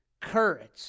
courage